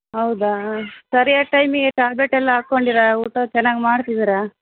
ಹೌದಾ ಹಾಂ ಸರಿಯಾದ ಟೈಮಿಗೆ ಟ್ಯಾಬ್ಲೆಟ್ ಎಲ್ಲ ಹಾಕೊಂಡಿರಾ ಊಟ ಚೆನ್ನಾಗಿ ಮಾಡ್ತಿದ್ದೀರಾ